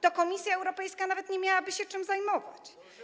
to Komisja Europejska nie miałaby się czym zajmować.